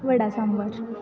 vada sambar